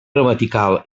gramatical